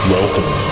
Welcome